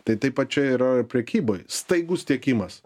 tai taip pat čia yra ir prekyboj staigus tiekimas